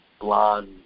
blonde